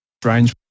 strange